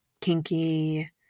kinky